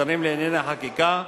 שרים לענייני חקיקה,